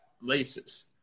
laces